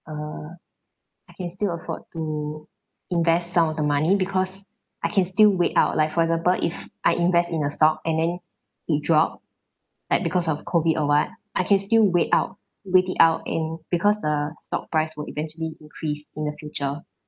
uh I can still afford to invest some of the money because I can still wait out like for example if I invest in a stock and then it drop like because of COVID or what I can still wait out wait it out and because the stock price will eventually increase in the future